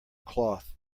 cloth